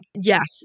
Yes